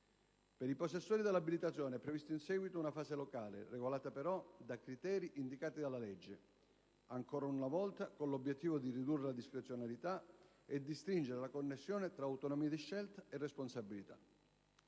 per i possessori dell'abilitazione è prevista in seguito una fase locale, regolata però da criteri indicati dalla legge, ancora una volta con l'obiettivo di ridurre la discrezionalità e di stringere la connessione tra autonomia di scelta e responsabilità.